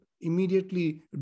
immediately